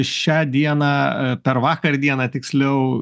šią dieną per vakar dieną tiksliau